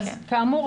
אז כאמור,